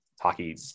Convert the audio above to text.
hockey